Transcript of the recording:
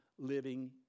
living